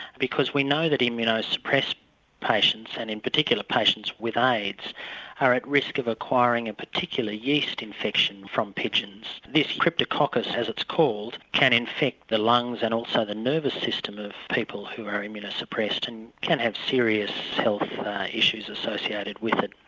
because we know that immuno suppressed patients, and in particular, patients with aids are at risk of acquiring a particular yeast infection from pigeons. this cryptococcus, as it's called, can infect the lungs and also the nervous system of people who are immuno suppressed, and can have serious health issues associated with it.